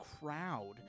crowd